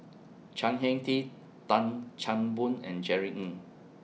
Chan Heng Chee Tan Chan Boon and Jerry Ng